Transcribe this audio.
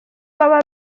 baba